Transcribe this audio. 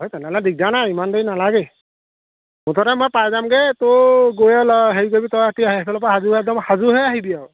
অ তেনেহ'লে দিগদাৰ নাই ইমান দেৰি নালাগেই মুঠতে মই পাই যামগৈ তোৰ গৈ হেৰি কৰিবি তহঁতি সেইফালৰ পৰা সাজু একদম সাজু হৈ আহিবি আৰু